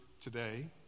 today